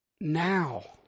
now